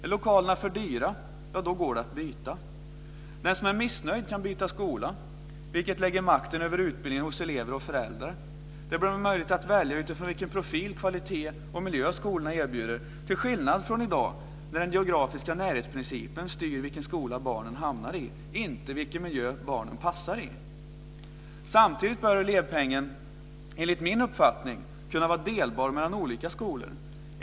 Är lokalerna för dyra går det att byta. Den som är missnöjd kan byta skola, vilket lägger makten över utbildningen hos elever och föräldrar. Det blir möjligt att välja skola utifrån vilken profil, kvalitet och miljö skolorna erbjuder, till skillnad från i dag när den geografiska närhetsprincipen styr vilken skola barnen hamnar i, inte vilken miljö barnen passar i. Samtidigt bör elevpengen enligt min uppfattning kunna vara delbar mellan olika skolor.